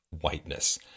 whiteness